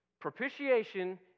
Propitiation